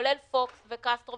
כולל פוקס וקסטרו,